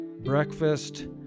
breakfast